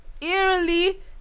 eerily